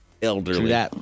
elderly